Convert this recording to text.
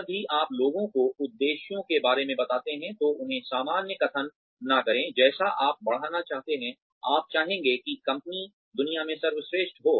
जब भी आप लोगों को उद्देश्यों के बारे में बताते हैं तो उन्हें सामान्य कथन न करे जैसे आप बढ़ाना चाहते हैं आप चाहेंगे कि कंपनी दुनिया में सर्वश्रेष्ठ हो